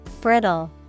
Brittle